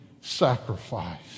sacrifice